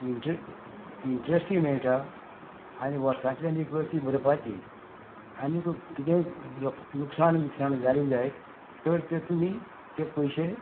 इंट्र इंट्रस्टी मेयटा आनी वर्सांतल्यान एक बरोपाची आनी कितेंय लुकसाण बिकसाण जाली जायत तर ते तुमी ते पयशे